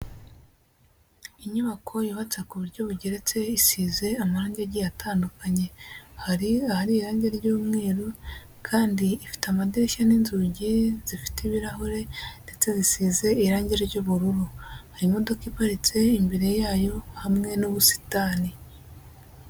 Inyubako yubatse ku buryo bugeretse, isize amarange agiye atandukanye, hari ahari irange ry'umweru kandi ifite amadirishya n'inzugi zifite ibirahure ndetse zisize irange ry'ubururu, hari imodoka iparitse imbere yayo hamwe n'ubusitani.